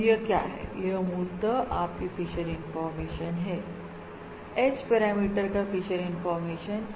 और यह क्या है यह मूलतःआप की फिशर इंफॉर्मेशन है H पैरामीटर का फिशर इंफॉर्मेशन